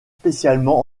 spécialement